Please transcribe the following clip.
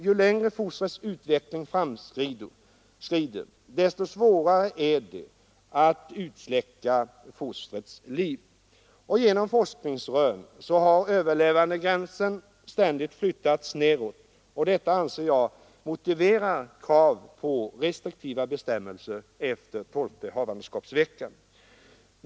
Ju längre fostrets utveckling framskrider, desto svårare är det att utsläcka fostrets liv. Genom forskningsrön har överlevandegränsen ständigt flyttats neråt, och detta anser jag motiverar krav på restriktiva bestämmelser efter tolfte havandeskapsveckan.